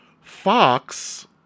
Fox